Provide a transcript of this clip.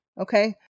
okay